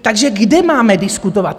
Takže kde máme diskutovat?